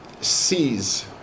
sees